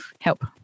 help